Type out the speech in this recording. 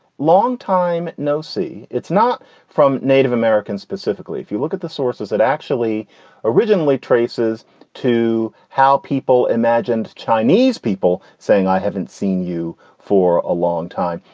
long time no see, it's not from native americans specifically. if you look at the sources that actually originally traces to how people imagined chinese people saying, i haven't seen you for a long time.